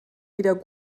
wieder